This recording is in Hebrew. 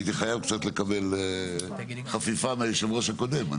הייתי חייב קצת לקבל חפיפה מיושב הראש הקודם.